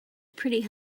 pretty